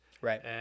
Right